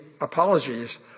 apologies